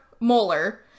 molar